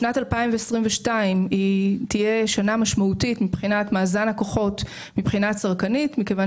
שנת 2022 תהיה שנה משמעותית מבחינת מאזן הכוחות מבחינה צרכנית מכיוון